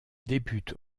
débute